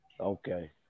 Okay